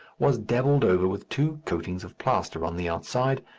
was dabbled over with two coatings of plaster on the outside,